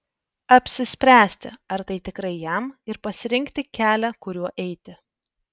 apsispręsti ar tai tikrai jam ir pasirinkti kelią kuriuo eiti